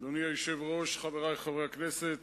יושב-ראש הכנסת.